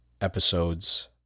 episodes